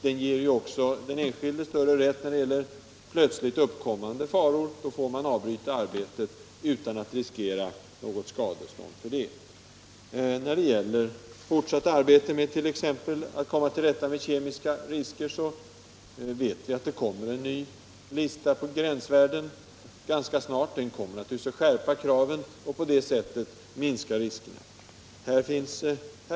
Det ger den enskilde större rätt vid plötsligt uppkommande faror — då får man avbryta arbetet utan att riskera något skadestånd. Beträffande det fortsatta arbetet för att komma till rätta med kemiska risker vet vi, att det ganska snart kommer en ny lista på gränsvärden. Den kommer naturligtvis att skärpa kraven och på det sättet minska riskerna.